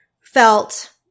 felt